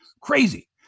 crazy